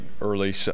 early